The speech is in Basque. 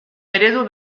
eredu